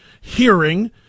hearing